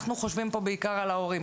אנחנו חושבים פה בעיקר על ההורים,